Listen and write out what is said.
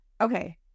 Okay